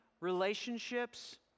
relationships